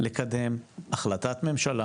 לקדם החלטת ממשלה